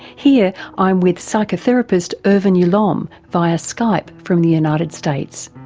here i'm with psychotherapist irvin yalom via skype from the united states